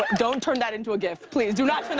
but don't turn that into a gif. please, do not turn